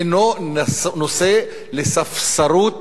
אינו נושא לספסרות